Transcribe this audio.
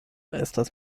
estas